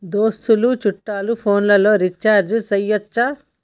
దోస్తులు చుట్టాలు ఫోన్లలో రీఛార్జి చేయచ్చా?